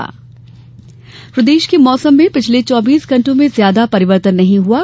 मौसम प्रदेश के मौसम में पिछले चौबीस घण्टों में ज्यादा परिवर्तन नहीं हुआ है